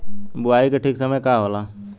बुआई के ठीक समय का होला?